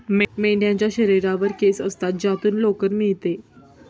मेंढ्यांच्या शरीरावर केस असतात ज्यातून लोकर मिळते